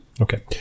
okay